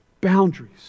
boundaries